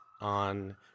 on